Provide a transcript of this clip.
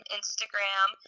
Instagram